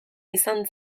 izan